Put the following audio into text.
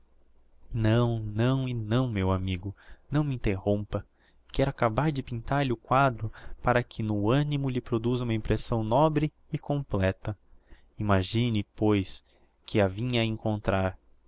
não não e não meu amigo não me interrompa quero acabar de pintar lhe o quadro para que no animo lhe produza uma impressão nobre e completa imagine pois que a vinha a encontrar